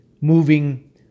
moving